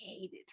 hated